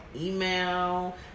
Email